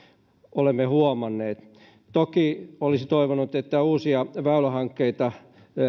olemme huomanneet toki olisi toivonut että uusia väylähankkeita